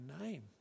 name